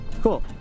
Cool